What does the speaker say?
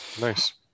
Nice